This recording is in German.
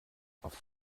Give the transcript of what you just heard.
auf